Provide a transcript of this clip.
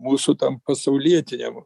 mūsų tam pasaulietiniam